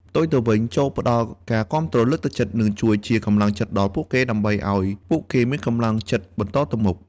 ផ្ទុយទៅវិញ ចូរផ្តល់ការគាំទ្រ លើកទឹកចិត្ត និងជួយជាកម្លាំងចិត្តដល់ពួកគេ ដើម្បីឱ្យពួកគេមានកម្លាំងចិត្តបន្តទៅមុខ។